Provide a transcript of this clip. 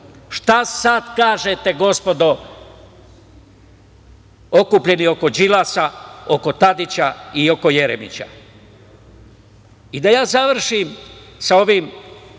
Šta sad kažete, gospodo okupljeni oko Đilasa, oko Tadića i oko Jeremića? Da ja završim sa ovim